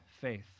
faith